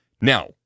Now